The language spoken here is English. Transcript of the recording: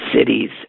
cities